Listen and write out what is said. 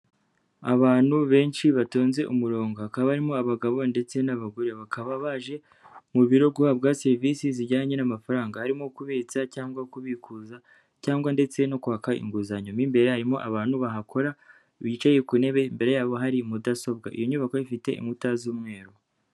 Abantu benshi batonze umurongo, hakaba barimo abagabo ndetse n'abagore, bakaba baje mu biro guhabwa serivisi zijyanye n'amafaranga harimo kubitsa cyangwa kubikuza cyangwa ndetse no kwaka inguzanyo, imbere harimo abantu bahakora bicaye ku ntebe, mo imbere yabo hari mudasobwa, iyo nyubako ifite inkuta z'umweru.